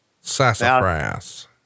sassafras